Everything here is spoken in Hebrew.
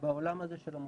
בעולם הזה של המוסדות.